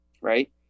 right